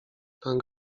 ten